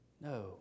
No